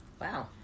wow